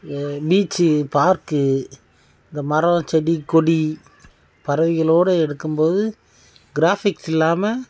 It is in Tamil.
பீச்சு பார்க்கு இந்த மரம் செடி கொடி பறவைகளோட எடுக்கும் போது கிராஃபிக்ஸ் இல்லாமல்